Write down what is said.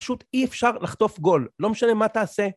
פשוט אי אפשר לחטוף גול, לא משנה מה תעשה.